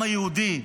בעם היהודי.